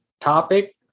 topic